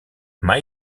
mai